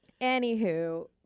anywho